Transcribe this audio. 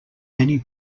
many